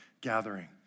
gathering